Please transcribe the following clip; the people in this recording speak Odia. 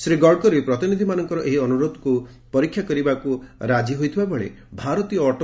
ଶ୍ରୀ ଗଡ଼କରୀ ପ୍ରତିନିଧିମାନଙ୍କର ଏହି ଅନୁରୋଧକୁ ପରୀକ୍ଷା କରିବାକୁ ରାଜି ହୋଇଥିବା ବେଳେ ଭାରତୀୟ ଅଟେ